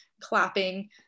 clapping